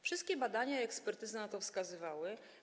Wszystkie badania i ekspertyzy na to wskazywały.